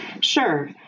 Sure